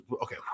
Okay